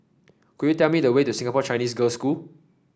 could you tell me the way to Singapore Chinese Girls' School